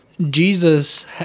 Jesus